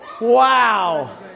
wow